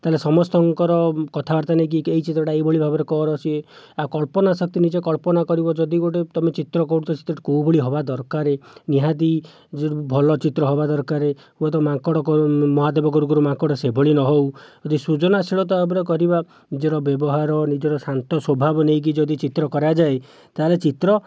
ତାହେଲେ ସମସ୍ତଙ୍କର କଥାବାର୍ତ୍ତା ନେଇକି କି ଏଇ ଚିତ୍ରଟି ଏହି ଭଳି ଭାବରେ କର ସିଏ ଆଉ କଳ୍ପନା ଶକ୍ତି ନିଜେ କଳ୍ପନା କରିବ ଯଦି ଗୋଟିଏ ତମେ ଚିତ୍ର କରୁଛ ଚିତ୍ରଟି କେଉଁ ଭଳି ହେବା ଦରକାର ନିହାତି ଭଲ ଚିତ୍ର ହବା ଦରକାର ହୁଏତ ମାଙ୍କଡ଼ ମହାଦେବ କରୁ କରୁ ମାଙ୍କଡ଼ ସେଭଳି ନ ହେଉ ଯଦି ସୃଜନଶୀଳତା ଭାବରେ କରିବା ନିଜର ବ୍ୟବହାର ନିଜର ଶାନ୍ତ ସ୍ଵଭାବ ନେଇକି ଯଦି ଚିତ୍ର କରାଯାଏ ତାହେଲେ ଚିତ୍ର